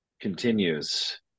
continues